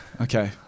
Okay